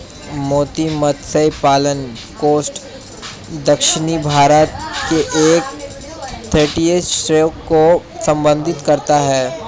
मोती मत्स्य पालन कोस्ट दक्षिणी भारत के एक तटीय क्षेत्र को संदर्भित करता है